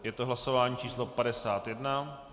Je to hlasování číslo 51.